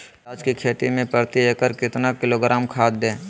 प्याज की खेती में प्रति एकड़ कितना किलोग्राम खाद दे?